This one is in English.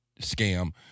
scam